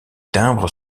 timbres